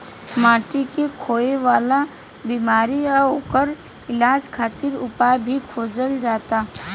माटी मे होखे वाला बिमारी आ ओकर इलाज खातिर उपाय भी खोजल जाता